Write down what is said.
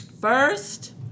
First